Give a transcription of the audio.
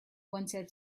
wanted